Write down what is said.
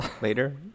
later